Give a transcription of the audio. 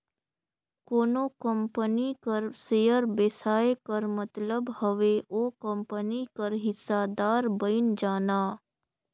कोनो कंपनी कर सेयर बेसाए कर मतलब हवे ओ कंपनी कर हिस्सादार बइन जाना